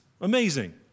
amazing